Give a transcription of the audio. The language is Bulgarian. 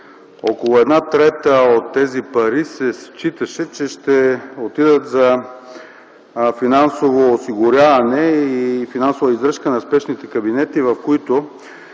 Около една трета от тези пари се считаше, че ще отидат за финансово осигуряване, финансова издръжка на спешните кабинети в